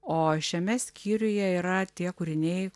o šiame skyriuje yra tie kūriniai